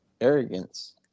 arrogance